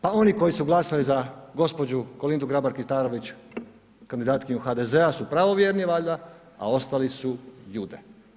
Pa oni koji su glasali za gđu. Kolindu Grabar Kitarović, kandidatkinju HDZ-a su pravovjerni valjda, a ostali su Jude.